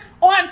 on